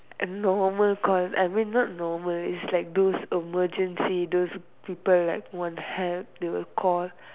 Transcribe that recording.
normal call I mean not normal is like those emergency those people like want help they will call